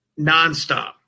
nonstop